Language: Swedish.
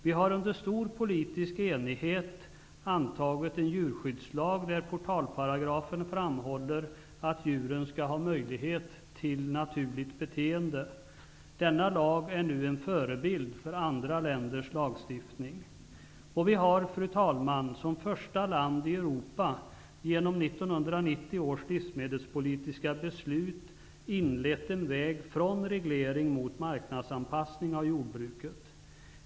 Vi har under stor politisk enighet antagit en djurskyddslag, där portalparagrafen framhåller att djuren skall ha möjlighet till naturligt beteende. Denna lag är nu en förebild för andra länders lagstiftning. Fru talman! Vi har som första land i Europa genom 1990 års livsmedelspolitiska beslut inlett en väg från reglering mot marknadsanpassning av jordbruket.